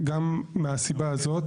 גם זה, וגם מהסיבה הזאת.